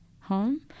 home